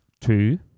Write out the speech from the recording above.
two